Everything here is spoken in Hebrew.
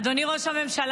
תודה רבה.